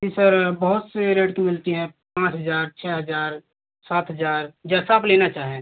जी sir बहुत से rate की मिलती हैं पाँच हज़ार छः हज़ार सात हज़ार जैसा आप लेना चाहें